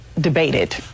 debated